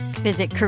Visit